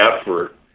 effort